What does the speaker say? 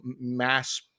mass